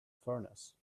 furnace